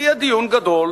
ויהיה דיון גדול.